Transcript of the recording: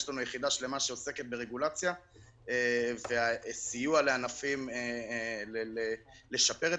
יש לנו יחידה שלמה שעוסקת ברגולציה וסיוע לענפים לשפר את